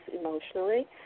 emotionally